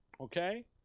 Okay